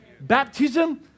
Baptism